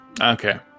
Okay